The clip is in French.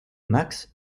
max